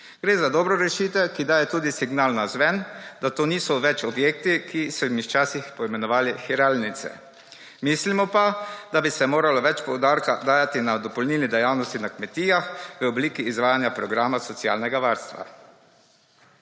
Gre za dobre rešitve, ki dajejo tudi signal navzven, da to niso več objekti, ki so(?) jih včasih poimenovali hiralnice(?). Mislimo pa, da bi se moralo več poudarka dajati na dopolnilni dejavnosti na kmetijah, v obliki izvajanja programa socialnega varstva.